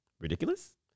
Ridiculous